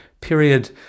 period